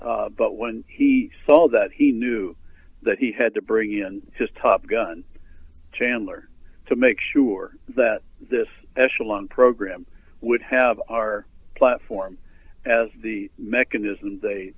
but when he saw that he knew that he had to bring in just top gun chandler to make sure that this echelon program would have our platform as the mechanisms they